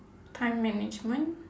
time management